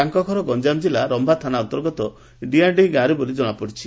ତାଙ୍କ ଘର ଗଞାମ କିଲ୍ଲା ରମ୍ଭା ଥାନା ଅନ୍ତର୍ଗତ ଡିଆଁଡେଇଁ ଗ୍ରାମରେ ବୋଲି ଜଣାପଡିଛି